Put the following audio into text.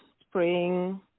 spring